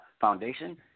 foundation